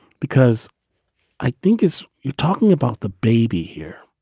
because i think it's you talking about the baby here.